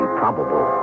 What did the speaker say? probable